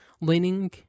leaning